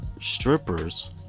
strippers